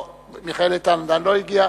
לא, מיכאל איתן עדיין לא הגיע.